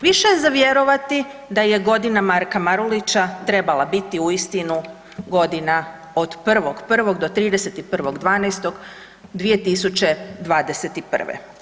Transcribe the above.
Više je za vjerovati da je Godina Marka Marulića trebala biti uistinu godina od 1.1. do 31.12.2021.